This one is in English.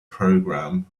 programme